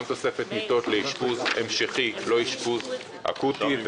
גם תוספת מיטות לאשפוז המשכי לא אשפוז אקוטי,